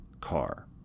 car